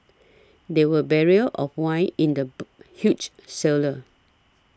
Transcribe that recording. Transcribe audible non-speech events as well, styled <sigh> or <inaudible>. there were barrels of wine in the <noise> huge cellar